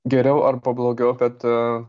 geriau arba blogiau bet